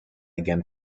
again